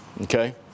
Okay